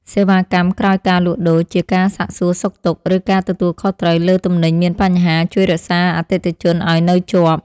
សេវាកម្មក្រោយការលក់ដូចជាការសាកសួរសុខទុក្ខ ឬការទទួលខុសត្រូវលើទំនិញមានបញ្ហា ជួយរក្សាអតិថិជនឱ្យនៅជាប់។